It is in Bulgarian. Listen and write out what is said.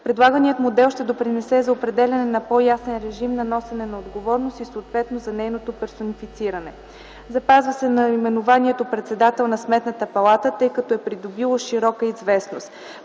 Предлаганият модел ще допринесе за определяне на по-ясен режим на носене на отговорност и съответно за нейното персонифициране. Запазва се наименованието „председател на Сметната палата”, тъй като е придобило широка известност.